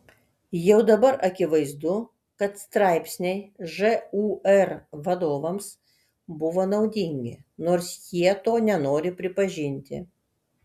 jau dabar akivaizdu kad straipsniai žūr vadovams buvo naudingi nors jie to nenori pripažinti